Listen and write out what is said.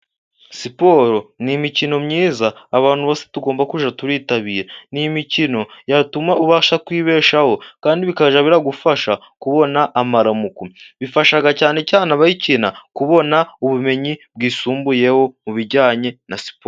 Siporo ni imikino myiza abantu bose tugomba kujya turitabira n'yo mikino yatuma ubasha kwibeshyaho, kandi bikajya bigufasha kubona amaramuko. Bifasha cyane cyane abayikina kubona ubumenyi bwisumbuyeho mu bijyanye na siporo.